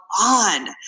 on